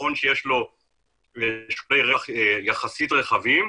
נכון שיש לו שולי רווח יחסית רחבים,